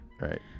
Right